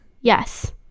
Yes